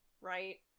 right